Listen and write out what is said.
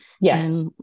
Yes